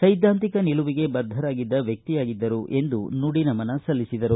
ಸೈದ್ಧಾಂತಿಕ ನಿಲುವಿಗೆ ಬದ್ಧರಾಗಿದ್ದ ವ್ಯಕ್ತಿಯಾಗಿದ್ದರು ಎಂದು ನುಡಿನಮನ ಸಲ್ಲಿಸಿದರು